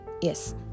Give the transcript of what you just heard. yes